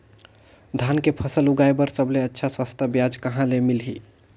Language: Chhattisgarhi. धान के फसल उगाई बार सबले अच्छा सस्ता ब्याज कहा ले मिलही?